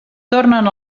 tornen